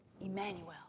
Emmanuel